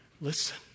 listen